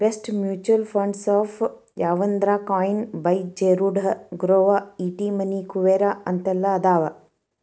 best mutual fund apps ಯಾವಂದ್ರಾ coin by Zerodha Groww ET money Kuvera ಅಂತೆಲ್ಲಾ ಅದಾವ